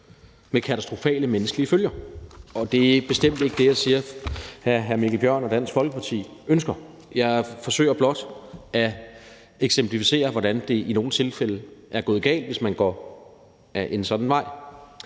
med katastrofale menneskelige følger. Det er bestemt ikke det, jeg siger at hr. Mikkel Bjørn og Dansk Folkeparti ønsker. Jeg forsøger blot at eksemplificere, hvordan det i nogle tilfælde er gået galt, hvis man går ad en sådan vej.